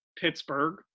Pittsburgh